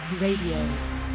Radio